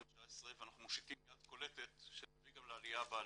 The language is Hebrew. ואנחנו מושיטים יד קולטת שתביא גם לעליה בעליה.